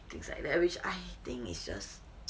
things like which I think it's just